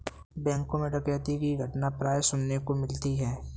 बैंकों मैं डकैती की घटना प्राय सुनने को मिलती है